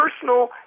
personal